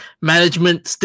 management